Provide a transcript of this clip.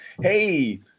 Hey